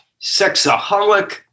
sexaholic